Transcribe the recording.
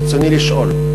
ברצוני לשאול: